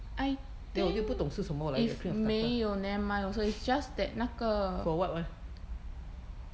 I think is 没有 never mind also is just that 那个: na ge